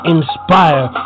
Inspire